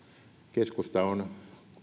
keskusta on